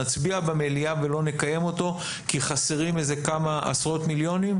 נצביע במליאה ולא נקיים אותו כי חסרים כמה עשרות מיליונים?